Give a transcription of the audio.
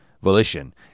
Volition